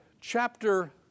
chapter